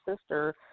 sister